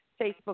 Facebook